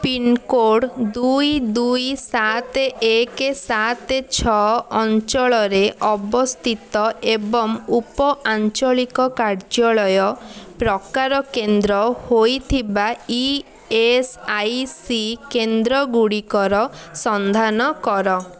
pincode ଦୁଇ ଦୁଇ ସାତ ଏକ ସାତ ଛଅ ଅଞ୍ଚଳରେ ଅବସ୍ଥିତ ଏବଂ ଉପଆଞ୍ଚଳିକ କାର୍ଯ୍ୟାଳୟ ପ୍ରକାର କେନ୍ଦ୍ର ହୋଇଥିବା ଇ ଏସ୍ ଆଇ ସି କେନ୍ଦ୍ର ଗୁଡ଼ିକର ସନ୍ଧାନ କର